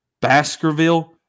Baskerville